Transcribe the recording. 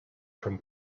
from